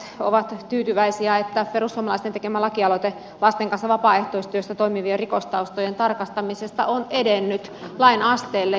perussuomalaiset ovat tyytyväisiä että perussuomalaisten tekemä lakialoite lasten kanssa vapaaehtoistyössä toimivien rikostaustojen tarkastamisesta on edennyt lain asteelle